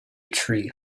tree